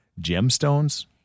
gemstones